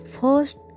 first